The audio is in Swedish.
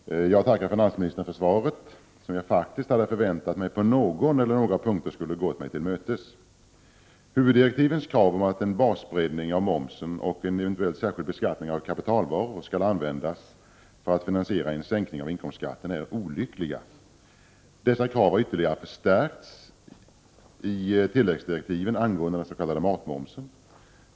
Herr talman! Jag tackar finansministern för svaret. Jag hade faktiskt förväntat mig att det på någon eller några punkter skulle ha gått mig till mötes. Huvuddirektivens krav om att en basbreddning av momsén och en eventuell särskild beskattning av kapitalvaror skall användas för att finansiera en sänkning av inkomstskatten är olyckliga. Dessa krav har ytterligare förstärkts i tilläggsdirektiven angående den s.k. matmomsen.